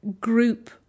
group